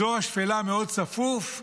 אזור השפלה מאוד צפוף,